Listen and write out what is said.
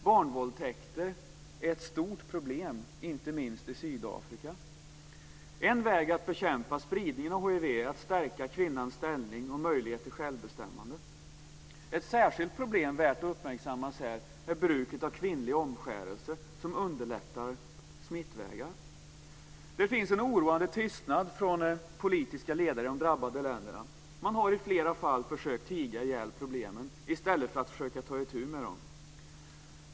Barnvåldtäkter är ett stort problem, inte minst i Sydafrika. En väg att bekämpa spridningen av hiv är att stärka kvinnans ställning och möjlighet till självbestämmande. Ett särskilt problem som är värt att uppmärksammas är bruket av kvinnlig omskärelse, som underlättar smittvägar. Det finns en oroande tystnad från politiska ledare i de drabbade länderna. Man har i flera fall försökt att tiga ihjäl problemen i stället för att försöka ta itu med dem.